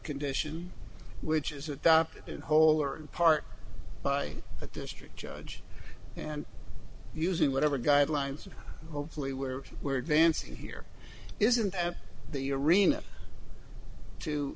condition which is adopted in whole or in part by a district judge and using whatever guidelines and hopefully where we're advancing here isn't the arena to